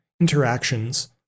interactions